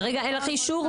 כרגע אין לך אישור?